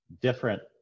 Different